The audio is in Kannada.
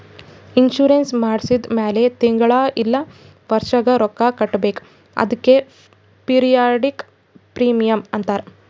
ಇನ್ಸೂರೆನ್ಸ್ ಮಾಡ್ಸಿದ ಮ್ಯಾಲ್ ತಿಂಗಳಾ ಇಲ್ಲ ವರ್ಷಿಗ ರೊಕ್ಕಾ ಕಟ್ಬೇಕ್ ಅದ್ಕೆ ಪಿರಿಯಾಡಿಕ್ ಪ್ರೀಮಿಯಂ ಅಂತಾರ್